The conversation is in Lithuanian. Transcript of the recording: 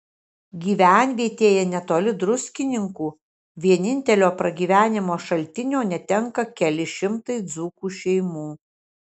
gyvenvietėje netoli druskininkų vienintelio pragyvenimo šaltinio netenka keli šimtai dzūkų šeimų